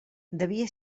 devia